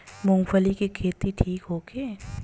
मूँगफली के खेती ठीक होखे?